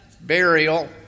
burial